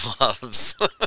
loves